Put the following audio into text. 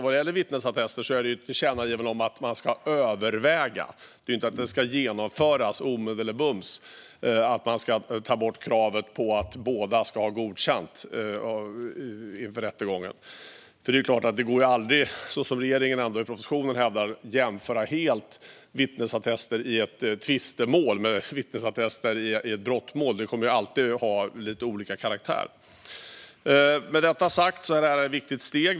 Vad gäller vittnesattester gäller tillkännagivandet att man ska överväga att ta bort kravet på att båda ska ha godkänt det inför rättegången, inte att man omedelbart genomför det. Det går ju aldrig att, som regeringen i propositionen hävdar, helt jämföra vittnesattester i ett tvistemål med vittnesattester i ett brottmål. Det kommer att ha lite olika karaktär. Med detta sagt är det här ett viktigt steg.